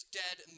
dead